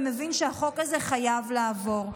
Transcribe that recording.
ומבין שהחוק הזה חייב לעבור.